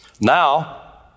Now